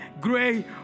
great